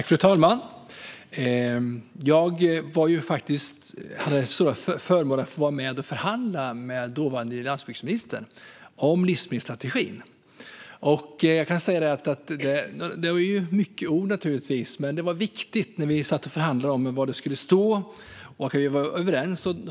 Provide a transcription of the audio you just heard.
Fru talman! Jag hade den stora förmånen att få vara med och förhandla om livsmedelsstrategin med den dåvarande landsbygdsministern. Det blev naturligtvis mycket ord, men när vi förhandlade var det viktigt att tala om vad som skulle stå i den. Man kan ju vara överens.